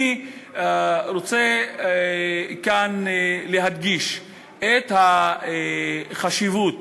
אני רוצה להדגיש כאן את החשיבות